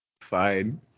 Fine